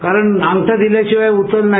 कारण अंत दिल्याशिवाय उचलच नाही